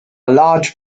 large